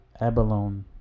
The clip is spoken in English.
abalone